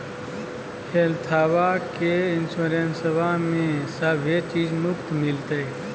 हेल्थबा के इंसोरेंसबा में सभे चीज मुफ्त मिलते?